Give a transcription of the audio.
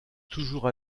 toujours